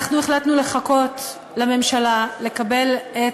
אנחנו החלטנו לחכות לממשלה, לקבל את